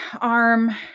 arm